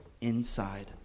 inside